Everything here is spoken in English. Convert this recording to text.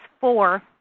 four